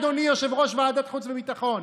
אדוני יושב-ראש ועדת חוץ וביטחון.